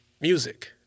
music